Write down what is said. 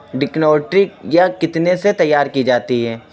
ڈکنوٹرک یا کتنے سے تیار کی جاتی ہے